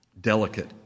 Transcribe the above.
delicate